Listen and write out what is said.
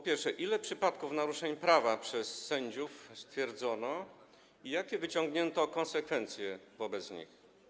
Pierwsze: Ile przypadków naruszeń prawa przez sędziów stwierdzono i jakie wyciągnięto konsekwencje wobec nich?